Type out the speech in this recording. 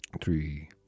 three